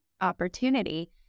opportunity